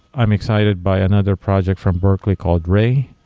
i'm excited by another project from berkley called ray,